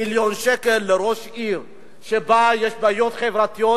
מיליון שקל לראש עיר שבה יש בעיות חברתיות,